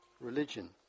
religion